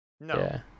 No